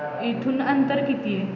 इथून अंतर किती आहे